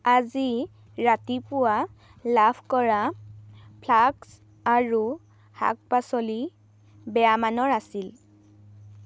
আজি ৰাতিপুৱা লাভ কৰা ফ্লাস্ক আৰু শাক পাচলি বেয়া মানৰ আছিল